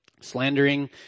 slandering